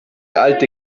alte